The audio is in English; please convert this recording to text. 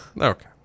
Okay